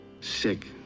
Sick